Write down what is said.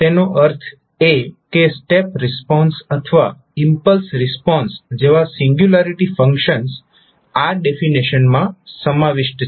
તેનો અર્થ એ કે સ્ટેપ રિસ્પોન્સ અથવા ઈમ્પલ્સ રિસ્પોન્સ જેવા સિંગ્યુલારિટી ફંક્શન્સ આ ડેફિનેશનમાં સમાવિષ્ટ છે